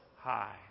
high